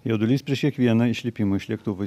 jaudulys prieš kiekvieną išlipimą iš lėktuvo